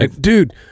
Dude